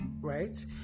right